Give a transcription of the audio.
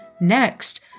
Next